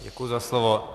Děkuji za slovo.